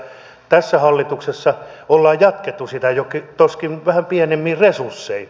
tässä hallituksessa on jatkettu sitä joskin vähän pienemmin resurssein